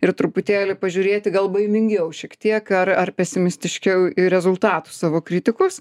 ir truputėlį pažiūrėti gal baimingiau šiek tiek ar ar pesimistiškiau į rezultatus savo kritikos